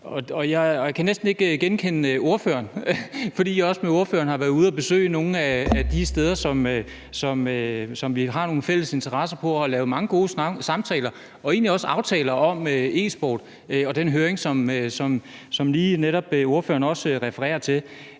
jeg kan næsten ikke genkende ordføreren, fordi jeg også med ordføreren har været ude at besøge nogle af de steder, som vi har nogle fælles interesser i, og haft mange gode samtaler og egentlig også lavet aftaler om e-sport i forhold til den høring, som ordføreren netop også lige refererer til.